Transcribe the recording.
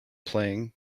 playing